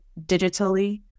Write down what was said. digitally